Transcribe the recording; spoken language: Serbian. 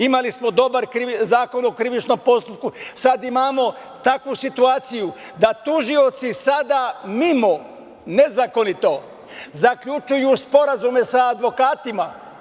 Imali smo dobar Zakon o krivičnom postupku, sad imamo takvu situaciju da tužioci sada mimo, nezakonito, zaključuju sporazume sa advokatima.